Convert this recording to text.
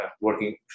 working